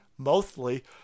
Mostly